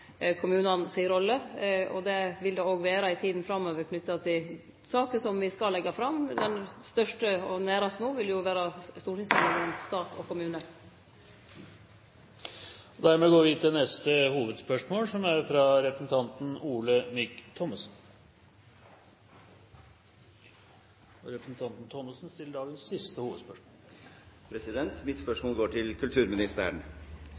kommunane si rolle, og det vil det òg vere i tida framover knytt til saker som me skal leggje fram. Den største og næraste no vil jo vere stortingsmeldinga om stat og kommune. Vi går videre til neste og siste hovedspørsmål. Mitt